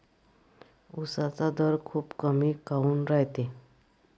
उसाचा दर खूप कमी काऊन रायते?